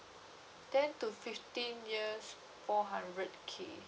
ten to fifteen years four hundred K